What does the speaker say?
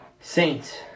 Saints